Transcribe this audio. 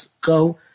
go